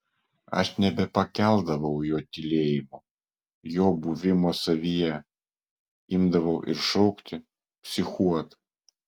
aš nebepakeldavau jo tylėjimo jo buvimo savyje imdavau ir šaukti psichuot